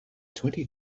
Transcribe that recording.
twenty